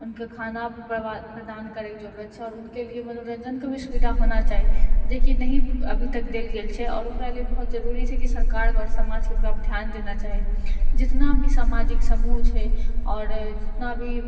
उनके खाना प्रदान करयके जरुरत छै आओर उनके लिए मनोरञ्जनके भी सुविधा होना चाही जे कि नहि अभी तक देल गेल छै आओर ओकरा लिए बहुत जरुरी छै कि सरकार आओर समाज ओकरा पर ध्यान देना चाही जितना भी सामाजिक समूह छै और जेतना भी